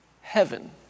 Heaven